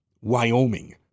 Wyoming